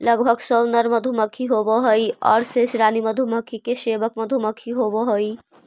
लगभग सौ नर मधुमक्खी होवऽ हइ आउ शेष रानी मधुमक्खी के सेवक मधुमक्खी होवऽ हइ